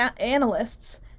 analysts